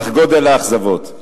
כך גודל האכזבות.